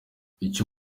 icyo